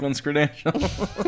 credentials